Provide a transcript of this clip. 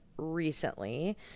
recently